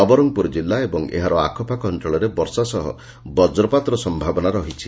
ନବରଙ୍ଙପୁର କିଲ୍ଲା ଏବଂ ଏହାର ଆଖପାଖ ଅଞ୍ଞଳରେ ବର୍ଷା ସହ ବକ୍ରପାତର ସମ୍ଭାବନା ରହିଛି